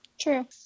True